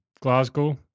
Glasgow